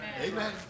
Amen